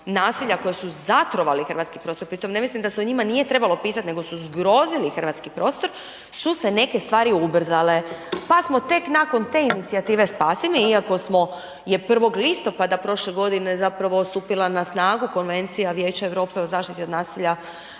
nasilja koji su zatrovali hrvatski prostor, pri tome ne mislim da se o njima nije trebalo pisati nego su zgrozili hrvatski prostor su se neke stvari ubrzale pa smo tek nakon te inicijative spasi me, iako smo, je 1. listopada prošle godine zapravo stupila na snagu Konvencija Vijeća Europe o zaštiti od nasilja